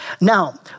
Now